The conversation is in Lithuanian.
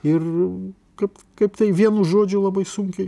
ir kaip kaip tai vienu žodžiu labai sunkiai